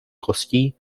kostí